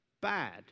bad